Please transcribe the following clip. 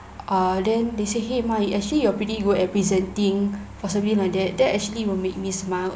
uh then they say !hey! mai actually you are pretty good at presenting or something like that that actually will make me smile